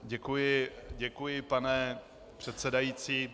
Děkuji, děkuji, pane předsedající.